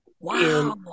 Wow